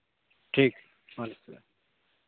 ٹھیک وعلیکم السّلام